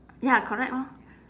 ya correct lor